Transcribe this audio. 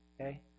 okay